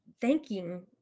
thanking